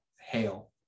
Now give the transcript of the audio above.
hail